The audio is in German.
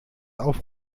auf